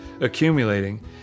accumulating